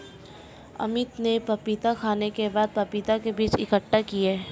अमित ने पपीता खाने के बाद पपीता के बीज इकट्ठा किए